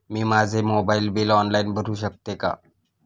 मी माझे mobile bill online भरू शकते का?